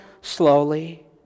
slowly